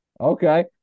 Okay